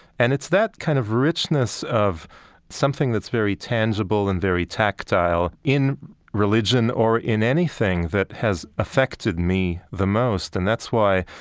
and it's that kind of richness of something that's very tangible and very tactile in religion or in anything that has affected me the most. and that's why,